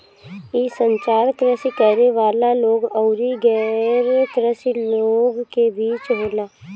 इ संचार कृषि करे वाला लोग अउरी गैर कृषि लोग के बीच होला